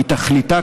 כי תכליתה,